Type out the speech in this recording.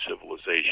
civilization